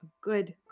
good